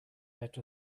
out